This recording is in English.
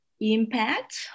impact